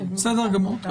בסדר גמור.